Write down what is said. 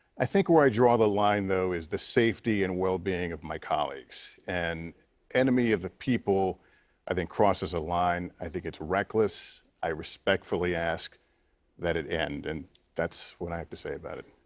i think where i draw the line, though, is the safety and well-being of my colleagues. and enemy of the people i think crosses a line. i think it's reckless. i respectfully ask that it end. and that's what i have to say about it.